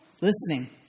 Listening